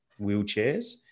wheelchairs